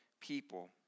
people